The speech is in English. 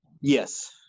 yes